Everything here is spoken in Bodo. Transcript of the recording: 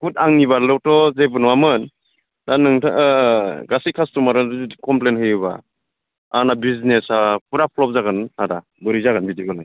कुद आंनिबाल'थ' जेबो नङामोन दा नोंथाङा गासै कास्ट'मारा जुदि क'मफ्लेन होयोब्ला आंना बिजनेसा फुरा फ्ल'प जागोन आदा बोरै जागोन बिदिब्लालाय